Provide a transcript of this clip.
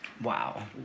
Wow